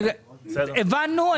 הבנו.